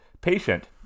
Patient